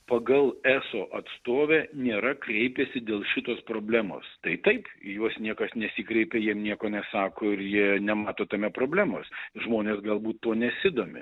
pagal eso atstovę nėra kreipęsi dėl šitos problemos tai taip į juos niekas nesikreipė jiem nieko nesako ir jie nemato tame problemos žmonės galbūt tuo nesidomi